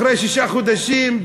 אחרי שישה חודשים,